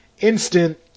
instant